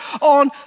on